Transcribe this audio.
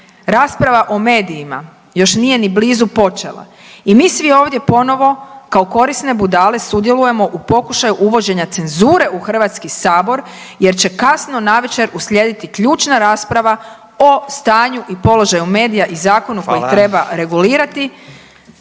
rasprava o medijima još nije ni blizu počela i mi svi ovdje ponovo kao korisne budale sudjelujemo u pokušaju uvođenja cenzure u HS jer će kasno navečer uslijediti ključna rasprava o stanju i položaju medija i zakonu koji treba regulirati